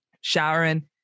Showering